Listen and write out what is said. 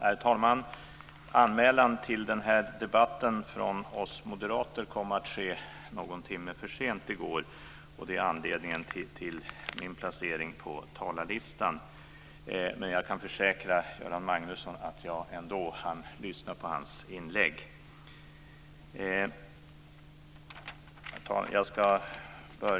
Herr talman! Vår anmälan till den här debatten kom att ske någon timme för sent i går. Det är anledningen till min placering på talarlistan. Jag kan försäkra Göran Magnusson att jag hann lyssna på hans inlägg. Herr talman!